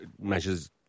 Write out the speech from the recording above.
measures